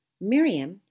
Miriam